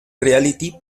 reality